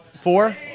Four